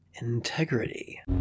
Integrity